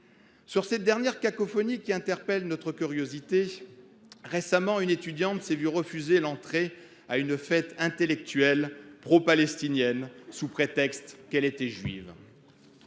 cette dernière cacophonie qui interpelle ma curiosité. Récemment, une étudiante s’est vu refuser l’entrée à une « fête intellectuelle » propalestinienne, sous prétexte qu’elle était juive.